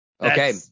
Okay